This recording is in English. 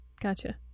Gotcha